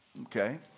Okay